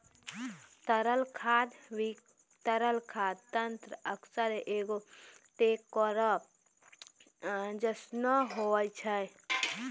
तरल खाद वितरक यंत्र अक्सर एगो टेंकरो जैसनो होय छै